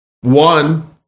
One